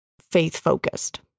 faith-focused